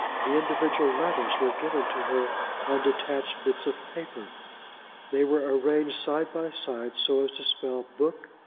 the individual letters were given to her on detached bits of paper they were arranged side by side so as to spell book,